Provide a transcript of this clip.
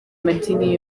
madini